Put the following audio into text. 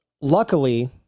Luckily